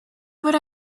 would